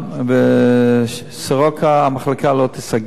ב"סורוקה" המחלקה לא תיסגר.